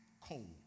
cold